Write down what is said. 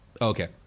Okay